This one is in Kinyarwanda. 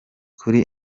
kuri